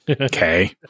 okay